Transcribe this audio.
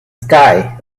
sky